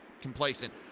complacent